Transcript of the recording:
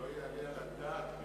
זה לא יעלה על הדעת,